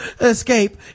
escape